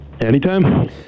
Anytime